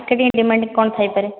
କ'ଣ ଥାଇପାରେ